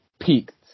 peaked